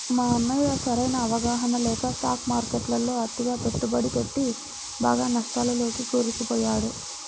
మా అన్నయ్య సరైన అవగాహన లేక స్టాక్ మార్కెట్టులో అతిగా పెట్టుబడి పెట్టి బాగా నష్టాల్లోకి కూరుకుపోయాడు